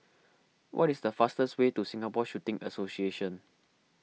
what is the fastest way to Singapore Shooting Association